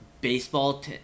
Baseball